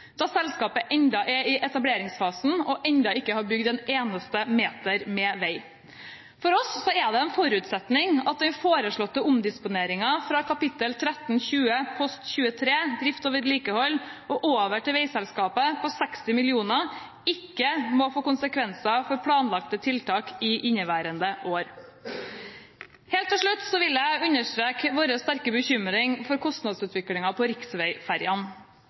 da selskapet ennå er i etableringsfasen og ennå ikke har bygd en eneste meter vei. For oss er det en forutsetning at den foreslåtte omdisponeringen fra kap.1320 post 23 Drift og vedlikehold og over til veiselskapet på 60 mill. kr ikke må få konsekvenser for planlagte tiltak i inneværende år. Helt til slutt vil jeg understreke vår sterke bekymring for kostnadsutviklingen på riksveiferjene.